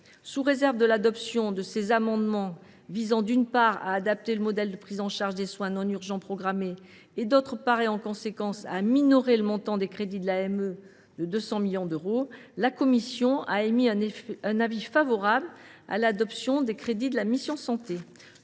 Sous réserve de l’adoption des amendements visant, d’une part, à adapter le modèle de prise en charge des soins non urgents programmés et, d’autre part, à minorer en conséquence le montant des crédits de l’AME de 200 millions d’euros, la commission a émis un avis favorable sur l’adoption des crédits de la mission « Santé